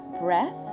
breath